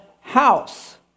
house